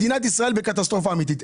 מדינת ישראל בקטסטרופה אמיתית,